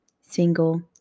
single